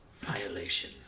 Violation